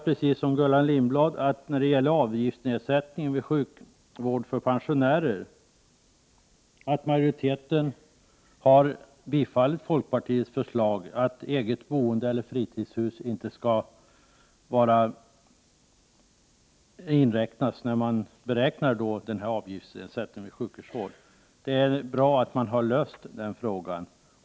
Precis som Gullan Lindblad noterar jag när det gäller avgiftsnedsättning för pensionärer att majoriteten har tillstyrkt folkpartiets förslag att eget boende eller innehav av fritidshus inte skall inräknas vid beräkningen av avgiften för sjukhusvård. Det är bra att den frågan lösts. Herr talman!